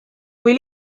kui